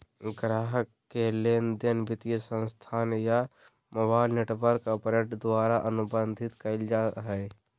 ग्राहक के लेनदेन वित्तीय संस्थान या मोबाइल नेटवर्क ऑपरेटर द्वारा अनुबंधित कइल जा हइ